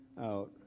out